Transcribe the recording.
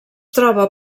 troba